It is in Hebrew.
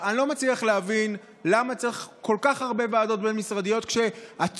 אני לא מצליח להבין למה צריך כל כך הרבה ועדות בין-משרדיות כשהצורך